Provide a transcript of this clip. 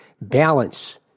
balance